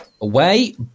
away